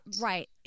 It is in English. right